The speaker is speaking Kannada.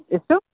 ಎಷ್ಟು